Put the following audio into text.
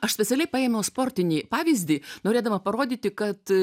aš specialiai paėmiau sportinį pavyzdį norėdama parodyti kad